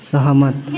सहमत